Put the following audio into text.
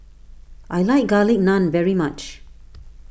I like Garlic Naan very much